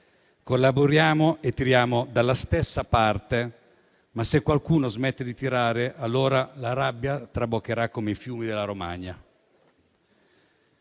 Collaboriamo e tiriamo dalla stessa parte, ma se qualcuno smette di tirare allora la rabbia traboccherà come i fiumi della Romagna.